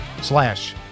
slash